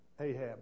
Ahab